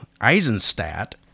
Eisenstadt